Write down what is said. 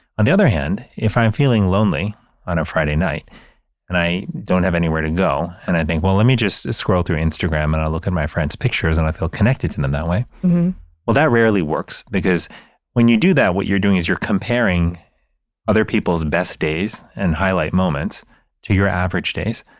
on the other hand, if i'm feeling lonely on a friday night and i don't have anywhere to go and i think, well, let me just scroll through instagram and i'll look at my friend's pictures and i feel connected to them that way mmhmm well, that rarely works, because when you do that, what you're doing is you're comparing other people's best days and highlight moments to your average days.